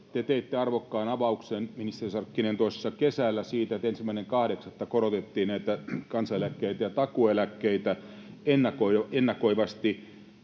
Te teitte arvokkaan avauksen, ministeri Sarkkinen, tuossa kesällä siitä, että 1.8. korotettiin kansaneläkkeitä ja takuueläkkeitä ennakoivasti.